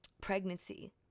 pregnancy